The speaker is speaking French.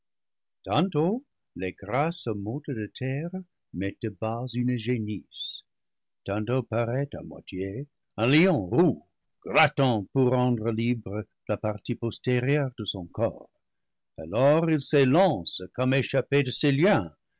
tantôt les grasses mottes de terre mettent bas ce une génisse tantôt paraît à moitié un lion roux grattant pour ce rendre libre la partie postérieure de son corps alors il s'é lance comme échappé de ses liens